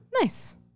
Nice